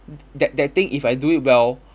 that that thing if I do it well